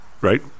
right